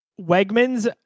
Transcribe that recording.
Wegmans